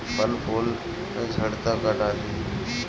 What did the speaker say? फल फूल झड़ता का डाली?